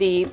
the